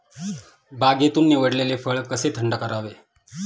बागेतून निवडलेले फळ कसे थंड करावे?